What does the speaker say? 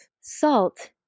Salt